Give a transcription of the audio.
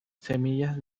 semillas